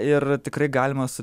ir tikrai galima su